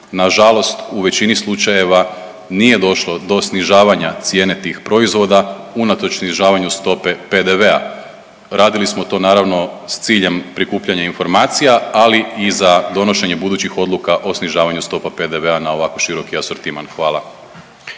nažalost u većini slučajeva nije došlo do snižavanja cijene tih proizvoda unatoč snižavanju stope PDV-a. Radili smo to naravno s ciljem prikupljanja informacija, ali i za donošenje budućih odluka o snižavanju stopa PDV-a na ovako široki asortiman. Hvala.